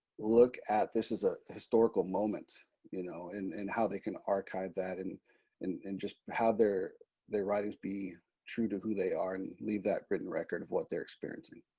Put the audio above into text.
look at this as a historical moment you know and and how they can archive that and and and just how their writings be true to who they are and leave that written record of what they're experiencing.